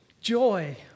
joy